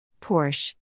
Porsche